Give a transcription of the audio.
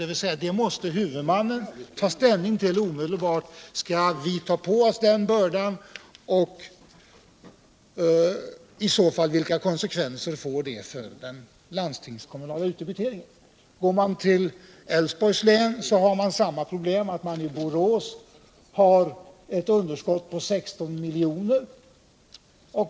Huvudmannen måste alltså omedelbart ta ställning till om man skall ta på sig den bördan och i så fall vilka konsekvenser det får för den landstingskommunala utdebiteringen. För Älvsborgs län har man stora problem i Borås med ett underskott på 16 miljoner.